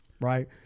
right